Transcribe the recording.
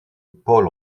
paul